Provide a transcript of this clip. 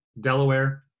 Delaware